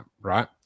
right